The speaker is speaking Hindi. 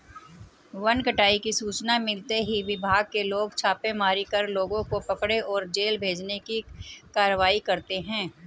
वन कटाई की सूचना मिलते ही विभाग के लोग छापेमारी कर लोगों को पकड़े और जेल भेजने की कारवाई करते है